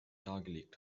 dargelegt